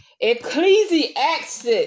Ecclesiastes